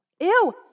Ew